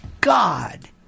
God